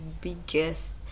biggest